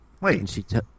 Wait